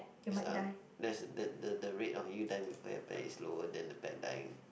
it's um there's the the the rate of you dying before your pet is lower than the pet dying